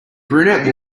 brunette